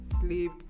sleep